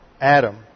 Adam